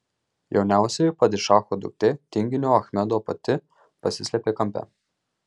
jauniausioji padišacho duktė tinginio achmedo pati pasislėpė kampe